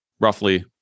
roughly